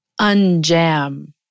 unjam